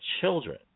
children